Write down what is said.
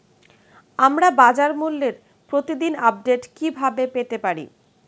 আমরা বাজারমূল্যের প্রতিদিন আপডেট কিভাবে পেতে পারি?